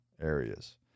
areas